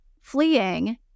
fleeing